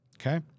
Okay